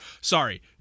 sorry